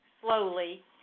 slowly